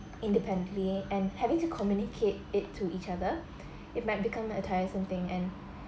independently and having to communicate it to each other it might become a tiresome thing and